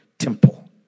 temple